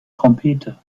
trompete